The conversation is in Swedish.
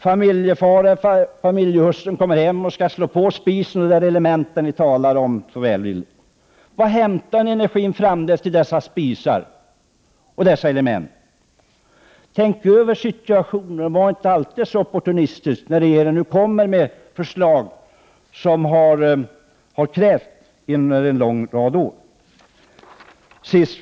Familjefadern eller hustrun kommer hem och slår på spisen och de element som folkpartiet så välvilligt har talat om. Varifrån skall energin till dessa spisar och element hämtas? Tänk över 39 situationen och var inte alltid så opportunistisk när regeringen kommer med förslag, vilket har krävts under en lång rad år. Fru talman!